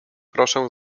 proszę